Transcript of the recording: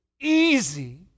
easy